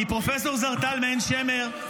כי פרופ' זרטל מעין שמר --- עמית,